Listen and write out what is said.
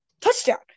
Touchdown